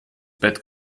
bett